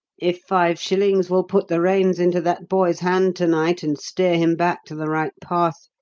if five shillings will put the reins into that boy's hands to-night and steer him back to the right path,